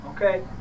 okay